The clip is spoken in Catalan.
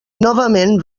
novament